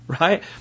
Right